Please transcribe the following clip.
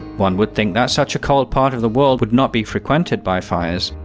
one would think that such a cold part of the world would not be frequented by fires.